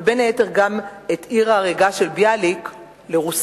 ובין היתר גם את "עיר ההרגה" של ביאליק לרוסית.